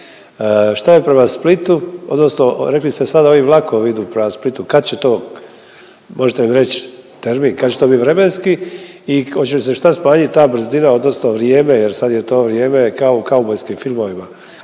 Šta je prema Splitu, odnosno rekli ste sad ovi vlakovi idu prema Splitu, kad će to, možete mi reći termin kad će to bit vremenski i hoće li se šta smanjit ta brzina odnosno vrijeme ....jer sad je to vrijeme putovanja do Splita